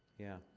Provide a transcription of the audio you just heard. yeah.